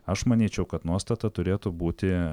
aš manyčiau kad nuostata turėtų būti